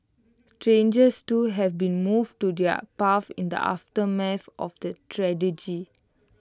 strangers too have been moved to do their in the aftermath of the